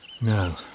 No